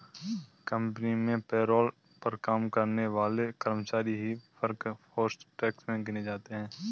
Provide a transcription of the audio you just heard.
company में payroll पर काम करने वाले कर्मचारी ही वर्कफोर्स टैक्स में गिने जाते है